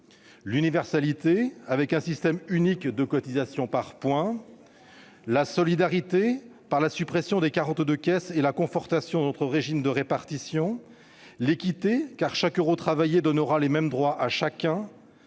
l'universalité, avec un système unique de cotisations par points ; la solidarité, avec la suppression des 42 caisses et la volonté de conforter notre régime de répartition ; l'équité, car chaque euro travaillé donnera les mêmes droits à chacun